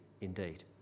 indeed